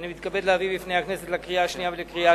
אני מתכבד להביא בפני הכנסת לקריאה השנייה ולקריאה